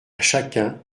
chacun